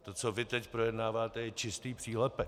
To, co vy teď projednáváte, je čistý přílepek.